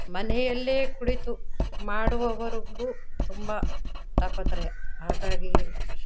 ಮನೆಯಲ್ಲೇ ಕುಳಿತು ಮಾಡುವವರೆಗೂ ತುಂಬ ತಾಪತ್ರಯ ಹಾಗಾಗಿ